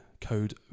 code